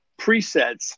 presets